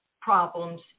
problems